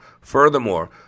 Furthermore